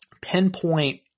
pinpoint